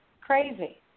Crazy